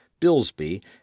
Billsby